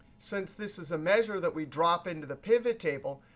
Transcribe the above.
since this is a measure that we drop into the pivot table,